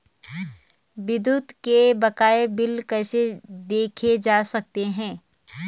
विद्युत के बकाया बिल कैसे देखे जा सकते हैं?